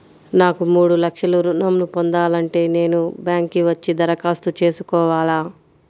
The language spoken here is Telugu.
నాకు మూడు లక్షలు ఋణం ను పొందాలంటే నేను బ్యాంక్కి వచ్చి దరఖాస్తు చేసుకోవాలా?